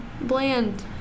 bland